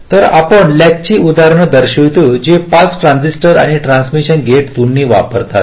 तर आपण लॅचची उदाहरणे दर्शवतो जी पास ट्रान्झिस्टर आणि ट्रान्समिशन गेट दोन्ही वापरतात